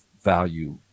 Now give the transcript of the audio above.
value